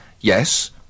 yes